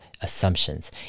assumptions